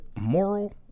moral